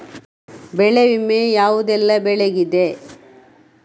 ಬೆಳೆ ವಿಮೆ ಯಾವುದೆಲ್ಲ ಬೆಳೆಗಿದೆ?